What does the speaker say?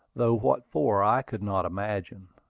though what for i could not imagine.